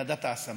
את ועדת ההשמה.